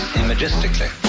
imagistically